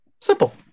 Simple